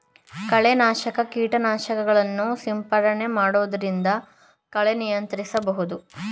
ಕಳೆ ನಾಶಕ ಕೀಟನಾಶಕಗಳನ್ನು ಸಿಂಪಡಣೆ ಮಾಡೊದ್ರಿಂದ ಕಳೆ ನಿಯಂತ್ರಿಸಬಹುದು